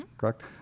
correct